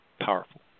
Powerful